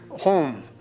home